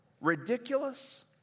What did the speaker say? Ridiculous